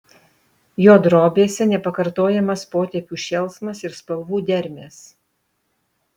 jo drobėse nepakartojamas potėpių šėlsmas ir spalvų dermės